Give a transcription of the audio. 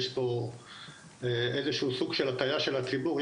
יש פה איזה שהוא סוג של הטעייה של הציבור.